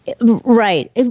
Right